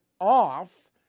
off